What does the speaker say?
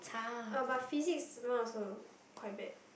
ah but Physics mine also quite bad